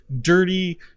dirty